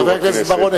חבר הכנסת בר-און,